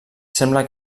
sembla